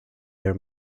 air